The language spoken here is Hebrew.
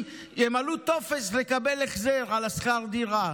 ימלאו טופס כדי לקבל החזר שכר הדירה,